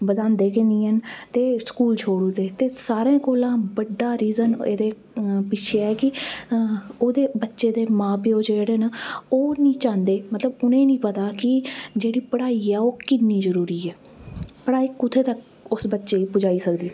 बधांदे गै निं हैन ते पढ़ाई छोड़ी ओड़दे सारें कोला बड्डा रीज़न एह्दे पिच्छें ऐ की ओह्दे बच्चे दे मां प्यो जेह्ड़े न ते ओह् निं चाहंदे मतलब उनें निं पता की जेह्ड़ी पढ़ाई ऐ ओह् किन्नी जरूरी ऐ पढ़ाई कुत्थें तगर बच्चे गी पुजाई सकदी